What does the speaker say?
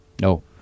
No